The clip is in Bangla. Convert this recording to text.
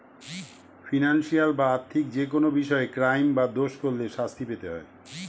ফিনান্সিয়াল বা আর্থিক যেকোনো বিষয়ে ক্রাইম বা দোষ করলে শাস্তি পেতে হয়